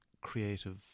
creative